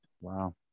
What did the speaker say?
Wow